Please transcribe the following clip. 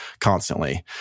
constantly